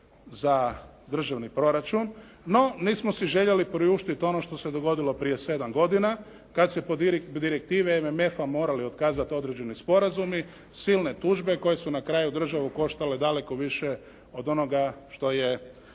za državni proračun. No nismo si željeli priuštiti ono što se dogodilo prije 7 godina, kada se po direktive MMF-a morali otkazati određeni sporazumi, silne tužbe koje su na kraju državu koštale daleko više od onoga što je